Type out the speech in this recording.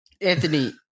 Anthony